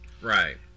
Right